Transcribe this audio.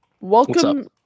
Welcome